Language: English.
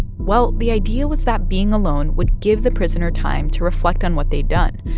well, the idea was that being alone would give the prisoner time to reflect on what they'd done,